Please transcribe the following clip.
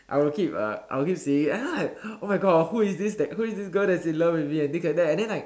I would keep uh I would keep seeing it and then like oh my God who is this that who is this girl that's in love with me and things like that and then like